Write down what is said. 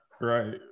Right